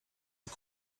you